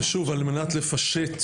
ושוב על מנת לפשט,